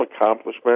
accomplishment